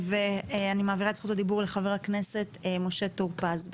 אני מעבירה את זכות הדיבור לחבר הכנסת משה טור פז.